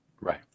Right